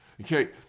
Okay